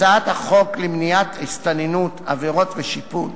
הצעת החוק למניעת הסתננות (עבירות ושיפוט)